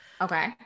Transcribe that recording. Okay